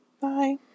Bye